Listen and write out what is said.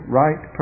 right